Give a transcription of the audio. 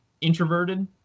introverted